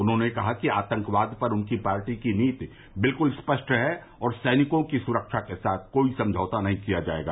उन्होंने कहा कि आतंकवाद पर उनकी पार्टी की नीति बिल्कुल स्पष्ट है और सैनिकों की सुरक्षा के साथ कोई समझौता नहीं किया जायेगा